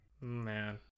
Man